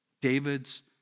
David's